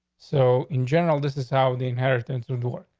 so in general. this is how the inheritance, the door,